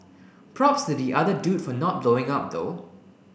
props to the other dude for not blowing up though